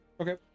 Okay